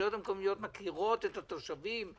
הרשויות המקומיות מכירות את התושבים,